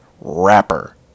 rapper